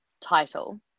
title